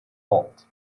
halt